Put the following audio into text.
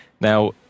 now